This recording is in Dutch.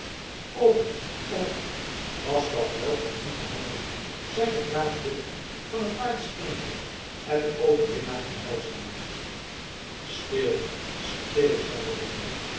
oom oom was dat wel van u gehandeld zeide graaf willem van t paard springende en den overwinnaar omhelzende stil stil zeide